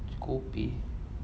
chikopek